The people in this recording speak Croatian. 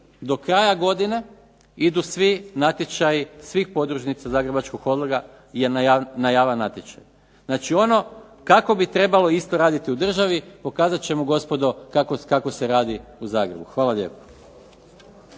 do kraja godine idu svi natječaji svih podružnica Zagrebačkog holdinga je na javan natječaj. Znači, ono kako bi trebalo isto raditi u državi pokazat ćemo gospodo kako se radi u Zagrebu. Hvala lijepo.